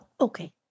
okay